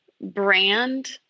brand